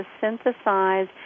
synthesize